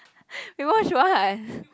you watch what